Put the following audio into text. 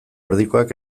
erdikoak